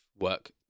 work